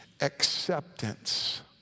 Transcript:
acceptance